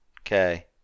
Okay